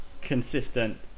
consistent